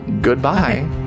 Goodbye